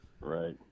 right